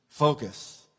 Focus